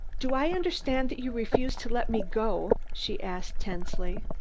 do i understand that you refuse to let me go? she asked tensely.